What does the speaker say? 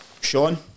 Sean